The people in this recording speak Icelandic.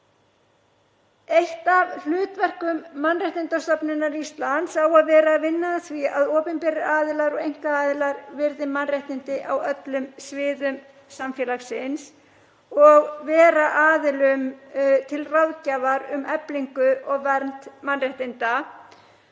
Eitt af hlutverkum Mannréttindastofnunar Íslands á að vera að vinna að því að opinberir aðilar og einkaaðilar virði mannréttindi á öllum sviðum samfélagsins og vera aðilum til ráðgjafar um eflingu og vernd mannréttinda.